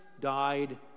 died